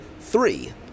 three